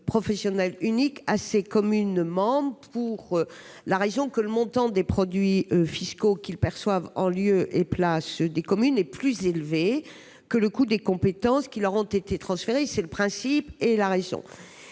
professionnelle unique à ses communes membres, pour la raison que le montant des produits fiscaux qu'il perçoit en lieu et place des communes est plus élevé que le coût des compétences qui lui ont été transférées. Voilà pour le principe. Ces